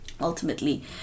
Ultimately